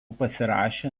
pasirašė